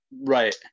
Right